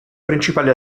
principali